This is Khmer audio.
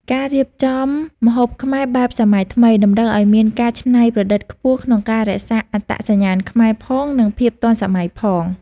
ការរៀបចំម្ហូបខ្មែរបែបសម័យថ្មី តម្រូវឱ្យមានការច្នៃប្រឌិតខ្ពស់ក្នុងការរក្សាអត្តសញ្ញាណខ្មែរ ផង និងភាពទាន់សម័យ ផង។